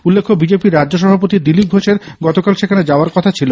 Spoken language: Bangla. উল্লেখ্য বিজেপির রাজ্য সভাপতি দিলীপ ঘোষের গতকাল সেখানে যাওয়ার কথা ছিল